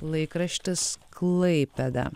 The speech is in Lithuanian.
laikraštis klaipėda